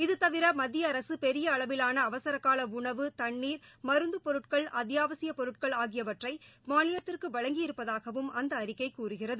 இது தவிர மத்திய அரசு பெரிய அளவிலான அவசரகால உணவு தண்ணீர் மருந்து பொருட்கள் அத்தியாவசியப் பொருட்கள் ஆகியவற்றை மாநிலத்திற்கு வழங்கியிருப்பதாகவும் அந்த அறிக்கை கூறுகிறது